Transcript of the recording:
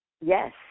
Yes